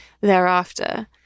thereafter